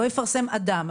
'לא יפרסם אדם',